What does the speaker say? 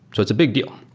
so it's a big deal.